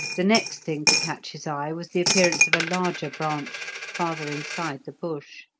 the next thing to catch his eye was the appearance of a larger branch farther inside the bush.